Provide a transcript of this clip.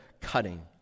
cutting